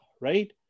right